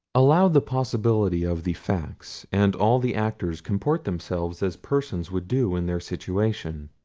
allow the possibility of the facts, and all the actors comport themselves as persons would do in their situation.